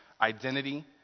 identity